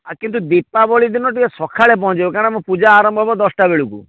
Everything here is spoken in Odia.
ଆଉ କିନ୍ତୁ ଦୀପାବଳି ଦିନ ଟିକିଏ ସକାଳେ ପହଁଞ୍ଚେଇବ କାରଣ ଆମ ପୂଜା ଆରମ୍ଭ ହେବ ଦଶଟା ବେଳକୁ